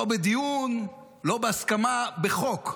בחוק, לא בדיון, לא בהסכמה, בחוק.